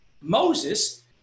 Moses